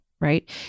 right